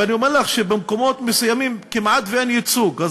ואני אומר לך שבמקומות מסוימים כמעט שאין ייצוג.